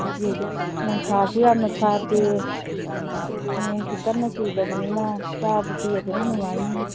ꯅꯨꯡꯁꯥꯁꯨ ꯌꯥꯝꯅ ꯁꯥꯗꯦ ꯅꯣꯡꯁꯨ ꯀꯟꯅ ꯆꯨꯗꯕꯅꯤꯅ ꯀꯥꯕꯗꯤ ꯑꯗꯨꯝ ꯅꯨꯡꯉꯥꯏꯅꯤ